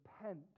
repent